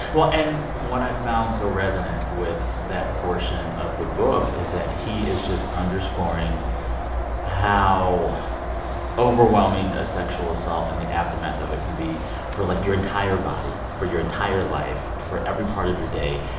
well, and what i found so resonant with that portion of the book is that he is just underscoring how overwhelming a sexual assault and the aftermath of it can be for, like, your entire body, for your entire life, for every part of your day.